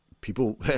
people